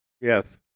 Yes